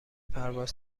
پرواز